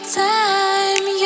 time